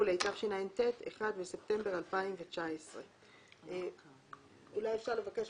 התשע"ט (1 בספטמבר 2019). אולי אפשר לבקש